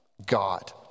God